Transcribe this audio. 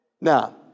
Now